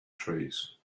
trees